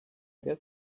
get